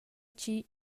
chi